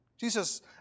Jesus